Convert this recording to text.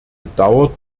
bedauert